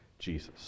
Jesus